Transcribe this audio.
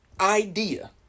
idea